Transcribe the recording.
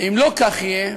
אם לא כך יהיה,